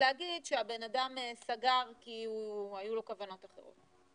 להגיד שהבן אדם סגר כי היו לו כוונות אחרות.